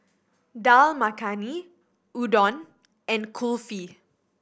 Dal Makhani Udon and Kulfi